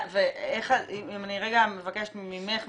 אני רגע מבקשת ממך,